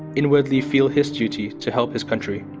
inwardly feel his duty to help his country.